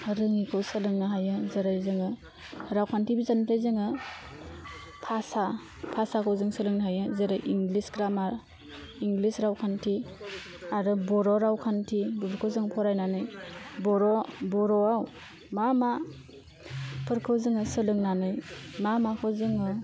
रोयिखौ सोलोंनाे हायो जेरै जोङो रावखान्थि बिजाबनिफ्राय जोङो भाषा भाषाखौ जों सोलोंनो हायो जेरै इंलिस ग्रामार इंलिस रावखान्थि आरो बर' रावखान्थि बेफोरखौ जों फरायनानै बर' बर'वाव मा मा फोरखौ जोङो सोलोंनानै मा माखौ जोङो